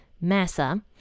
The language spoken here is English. Massa